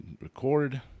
record